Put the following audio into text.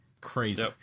Crazy